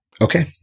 Okay